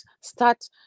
start